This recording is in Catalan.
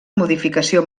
modificació